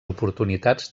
oportunitats